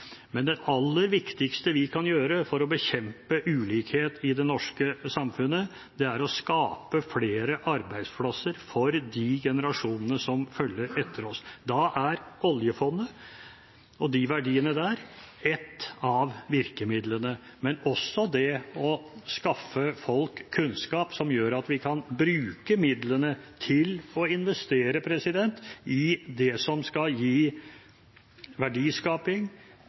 Men det aller viktigste vi kan gjøre for å bekjempe ulikhet i det norske samfunnet, er å skape flere arbeidsplasser for de generasjonene som kommer etter oss. Da er oljefondet og verdiene der et av virkemidlene, men også det å skaffe folk kunnskap som gjør at vi kan bruke midlene til å investere i det som skal gi verdiskaping